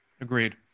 Agreed